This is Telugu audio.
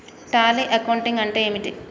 టాలీ అకౌంటింగ్ అంటే ఏమిటి?